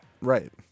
Right